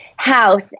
house